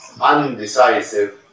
undecisive